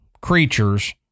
creatures